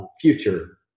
future